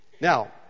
Now